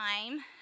time